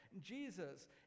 Jesus